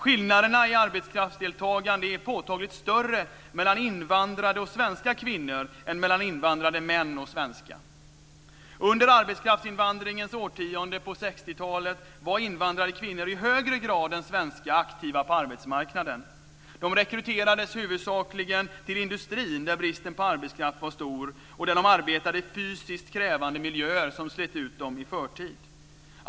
Skillnaderna i arbetskraftsdeltagande är påtagligt större mellan invandrare och svenska kvinnor än mellan invandrade män och svenska. Under arbetskraftsinvandringens årtionde på 60-talet var invandrade kvinnor i högre grad än svenska aktiva på arbetsmarknaden. De rekryterades huvudsakligen till industrin där bristen på arbetskraft var stor och där de arbetade i fysiskt krävande miljöer som slet ut dem i förtid.